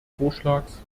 vorschlags